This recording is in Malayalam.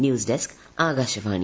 news desk Akashvani